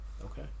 okay